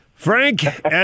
Frank